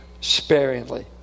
sparingly